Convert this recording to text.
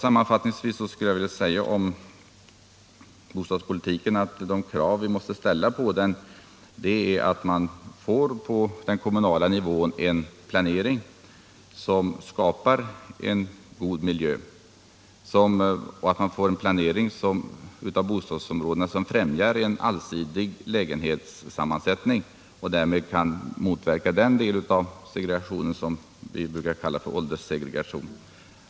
Sammanfattningsvis skulle jag beträffande bostadspolitiken vilja säga att de krav vi måste ställa på den är att man på den kommunala nivån får en planering som skapar god miljö och att planeringen av bostadsområdena främjar en allsidig lägenhetssammansättning, så att den segregation kan motverkas som vi brukar kalla för ålderssegregation.